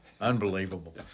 unbelievable